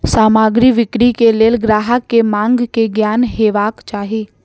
सामग्री बिक्री के लेल ग्राहक के मांग के ज्ञान हेबाक चाही